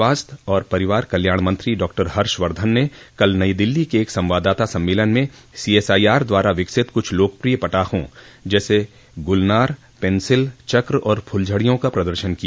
स्वास्थ्य और परिवार कल्याण मंत्री डॉक्टर हर्षवर्धन ने कल नई दिल्ली के एक संवाददाता सम्मेलन में सीएसआईआर द्वारा विकसित कुछ लोकप्रिय पटाखों जैसे गुलनार पेंसिल चक्र और फुलझडियों का प्रदर्शन किया